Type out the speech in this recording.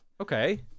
okay